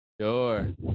sure